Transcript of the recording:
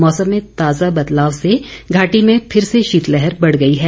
मौसम में ताजा बदलाव से घाटी में फिर से शीतलहर बढ़ गई है